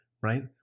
right